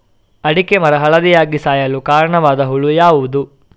ಅಡಿಕೆ ಮರ ಹಳದಿಯಾಗಿ ಸಾಯಲು ಕಾರಣವಾದ ಹುಳು ಯಾವುದು?